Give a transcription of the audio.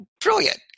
brilliant